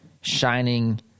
shining